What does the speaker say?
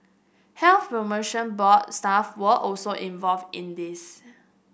Health Promotion Board staff are also involved in this